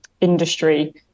industry